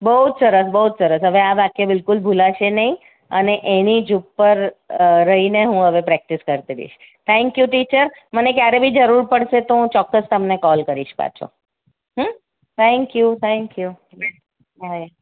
બહુ જ સરસ બહુ જ સરસ હવે આ વાક્ય બિલકુલ ભુલાશે નહીં અને એને ઉપર રહીને હું હવે પ્રેક્ટિસ કરતી રહીશ થેન્ક યુ ટિચર મને ક્યારેય બી જરૂર પડશે તો હું ચોક્કસ તમને કોલ કરીશ પાછો હમ thank you thank you by